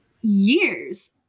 years